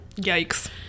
yikes